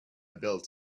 built